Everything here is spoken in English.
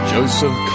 Joseph